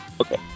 Okay